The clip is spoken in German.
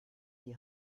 die